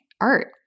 art